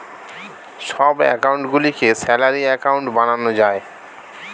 সব অ্যাকাউন্ট গুলিকে salary account বানানো যায়